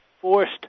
forced